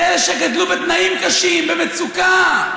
זה אלה שגדלו בתנאים קשים, במצוקה.